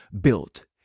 built